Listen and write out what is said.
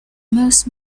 most